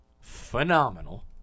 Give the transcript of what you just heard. phenomenal